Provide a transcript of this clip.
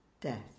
death